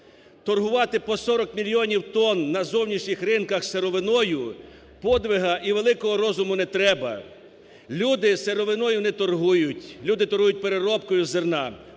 Торгувати по 40 мільйонів тонн на зовнішніх ринках сировиною, подвигу і великого розуму не треба. Люди сировиною не торгують, люди торгують переробкою зерна,